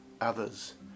others